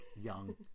young